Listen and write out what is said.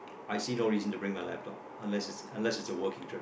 I see no reason to bring my laptop unless unless it's a working trip